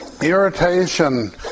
irritation